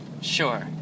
Sure